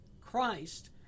Christ